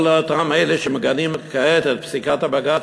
כל אותם אלה שמגנים כעת את פסיקת הבג"ץ